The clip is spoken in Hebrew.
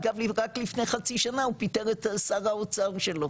אגב רק לפני חצי שנה הוא פיטר את שר האוצר שלו,